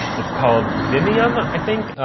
it's called vimium, i think,